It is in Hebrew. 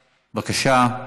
בבקשה,